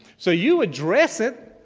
so you address it,